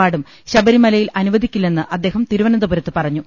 പാടും ശബരിമലയിൽ അനുവദിക്കില്ലെന്ന് അദ്ദേഹം തിരുവനന്ത പുരത്ത് പറഞ്ഞു